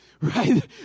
right